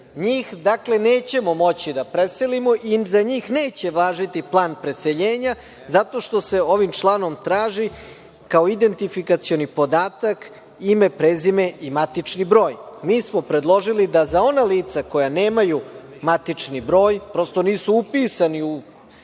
dakle, nećemo moći da preselimo, jer za njih neće važiti plan preseljenja zato što se ovim članom traži kao identifikacioni podatak ime, prezime i matični broj. Mi smo predložili da za ona lica koja nemaju matični broj prosto nisu upisana